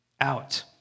out